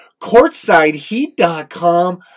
Courtsideheat.com